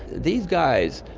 these guys,